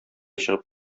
чыгып